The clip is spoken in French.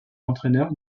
entraîneur